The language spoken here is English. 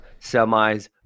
semis